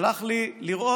שלח לי לראות